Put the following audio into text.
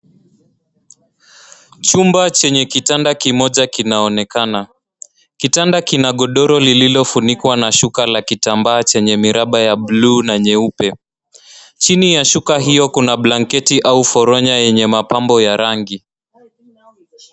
Chumba chenye kitanda kimoja kinaonekana. Kitanda kina godoro lililofunikwa na shuka la kitambaa chenye miraba ya bluu na nyeupe. Chini ya shuka hiyo kuna blanketi au foronya yenye mapambo ya rangi.